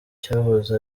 cyahoze